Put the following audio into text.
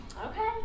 Okay